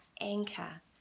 anchor